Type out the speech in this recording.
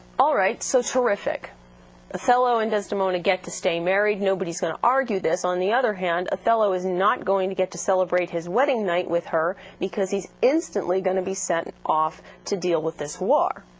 all right. so terrific othello and desdemona get to stay married. nobody's going to argue this. on the other hand, othello is not going to get to celebrate his wedding night with her because he's instantly going to be sent off to deal with this war.